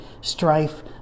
strife